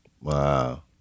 Wow